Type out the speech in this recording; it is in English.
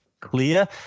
clear